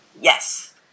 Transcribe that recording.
yes